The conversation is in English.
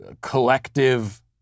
collective